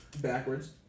Backwards